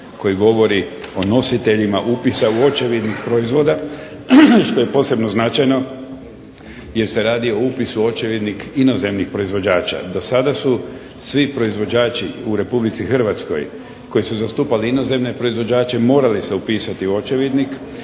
koji govori o nositeljima upisa u očevidnik proizvoda što je posebno značajno jer se radi o upisu u očevidnik inozemnih proizvođača. Do sada su svi proizvođači u Republici Hrvatskoj koji su zastupali inozemne proizvođače morali se upisati u očevidnik,